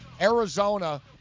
Arizona